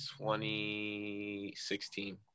2016